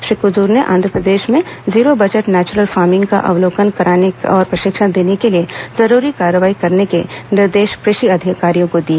श्री कुजूर ने आंध्रप्रदेश में zero budget natural farming का अवलोकन कराने और प्रशिक्षण देने के लिए जरूरी कार्रवाई करने के निर्देश कृषि अधिकारियों को दिए